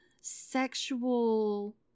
sexual